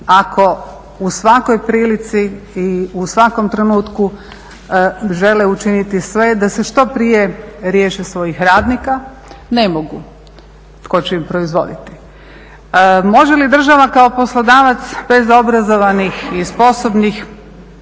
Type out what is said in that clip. ako u svakoj prilici i u svakom trenutku žele učiniti sve da se što prije riješe svojih radnika? Ne mogu, tko će im proizvoditi. Može li država kao poslodavac bez obrazovanih i sposobnih